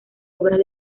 obras